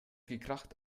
gekracht